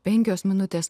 penkios minutės